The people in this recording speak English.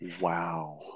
Wow